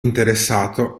interessato